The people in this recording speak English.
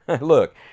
Look